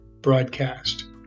broadcast